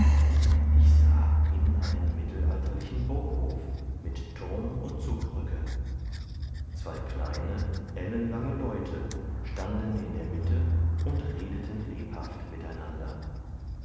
ich sah in einen mittelalterlichen burghof mit turm und zugbrücke zwei kleine ellenlange leute standen in der mitte und redeten lebhaft miteinander